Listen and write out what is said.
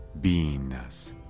beingness